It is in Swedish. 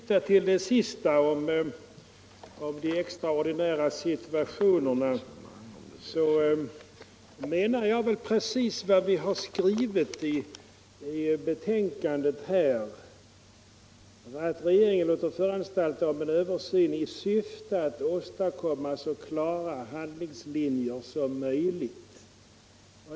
Herr talman! Jag vill anknyta till det som nyss sades om de extraordinära situationerna. Vi menar precis vad vi har skrivit, nämligen att regeringen bör låta föranstalta om översyn i syfte att åstadkomma så klara handlingslinjer som möjligt.